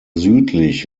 südlich